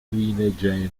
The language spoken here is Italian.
infine